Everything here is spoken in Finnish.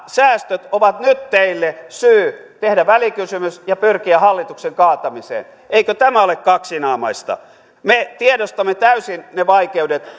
säästöt ovat nyt teille syy tehdä välikysymys ja pyrkiä hallituksen kaatamiseen eikö tämä ole kaksinaamaista me tiedostamme täysin ne vaikeudet